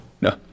No